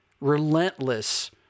relentless